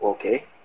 Okay